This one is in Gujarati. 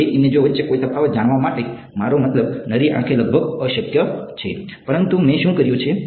આ બે ઈમેજો વચ્ચે કોઈ તફાવત જણાવવા માટે મારો મતલબ નરી આંખે લગભગ અશક્ય છે પરંતુ મેં શું કર્યું છે